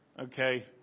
Okay